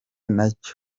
nacyo